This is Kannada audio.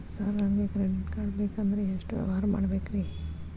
ಸರ್ ನನಗೆ ಕ್ರೆಡಿಟ್ ಕಾರ್ಡ್ ಬೇಕಂದ್ರೆ ಎಷ್ಟು ವ್ಯವಹಾರ ಮಾಡಬೇಕ್ರಿ?